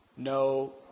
No